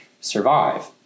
survive